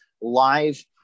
live